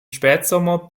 spätsommer